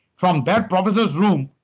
from that professor's room,